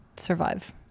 survive